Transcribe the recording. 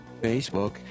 Facebook